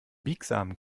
biegsamen